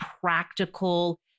practical